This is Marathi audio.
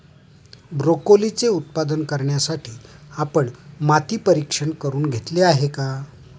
ब्रोकोलीचे उत्पादन करण्यासाठी आपण माती परीक्षण करुन घेतले आहे का?